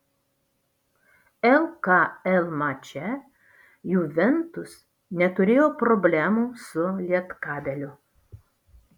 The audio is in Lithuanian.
lkl mače juventus neturėjo problemų su lietkabeliu